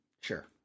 sure